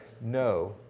no